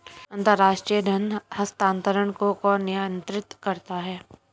अंतर्राष्ट्रीय धन हस्तांतरण को कौन नियंत्रित करता है?